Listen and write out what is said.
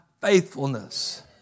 faithfulness